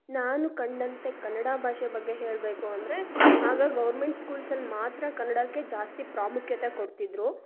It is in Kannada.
ನಾನು ಕಂಡಂತೆ ಕನ್ನಡ ಭಾಷೆ ಬಗ್ಗೆ ಹೇಳಬೇಕು ಅಂದರೆ ಆಗ ಗೌರ್ಮೆಂಟ್ ಸ್ಕೂಲ್ಸಲ್ಲಿ ಮಾತ್ರ ಕನ್ನಡಕೆ ಜಾಸ್ತಿ ಪ್ರಾಮುಖ್ಯತೆ ಕೊಡ್ತಿದ್ದರು